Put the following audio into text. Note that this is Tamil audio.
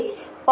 04 ஆகும்